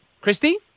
Christy